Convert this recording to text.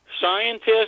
scientists